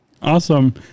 Awesome